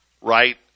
right